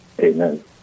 Amen